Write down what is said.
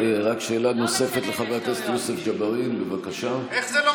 שאלה נוספת, לחבר הכנסת יוסף ג'בארין, בבקשה.